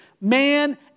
Man